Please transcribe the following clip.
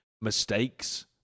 mistakes